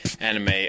anime